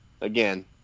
again